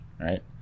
right